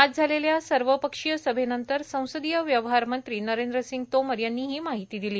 आज झालेल्या सर्वपक्षीय सभेनंतर संसदीय व्यवहार मंत्री नरेंद्र सिंग तोमर यांनी ही माहिती दिली